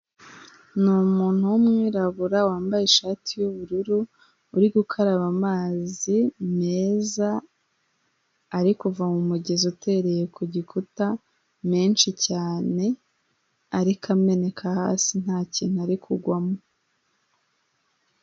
Ni umuntu w'umwirabura wambaye ishati y'ubururu, uri gukaraba amazi meza ari kuva mu mugezi utereye ku gikuta menshi cyane ariko ameneka hasi ntakintu ari kugwamo.